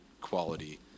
quality